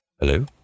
Hello